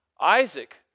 Isaac